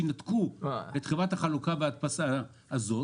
שינתקו את חברת החלוקה וההדפסה הזאת